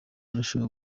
urushaho